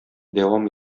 дәвам